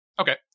Okay